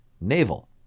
navel